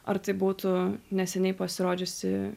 ar tai būtų neseniai pasirodžiusi